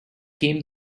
came